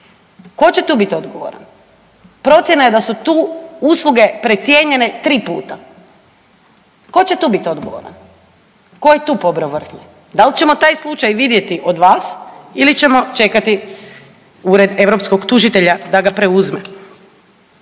Tko će tu bit odgovoran? Procjena je da su tu usluge precijenjene tri puta. Tko će tu bit odgovoran? Tko je tu pobrao vrhnje? Da li ćemo taj slučaj vidjeti od vas ili ćemo čekati Ured europskog tužitelja da ga preuzme?